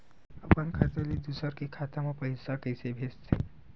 अपन खाता ले दुसर के खाता मा पईसा कइसे भेजथे?